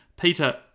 Peter